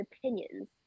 opinions